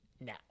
now